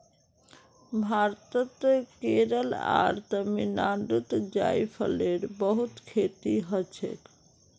भारतत केरल आर तमिलनाडुत जायफलेर बहुत खेती हछेक